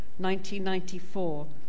1994